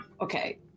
Okay